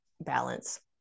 balance